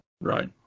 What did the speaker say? Right